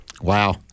Wow